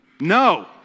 No